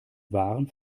waren